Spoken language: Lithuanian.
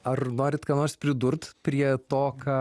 ar norit ką nors pridurt prie to ką